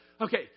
okay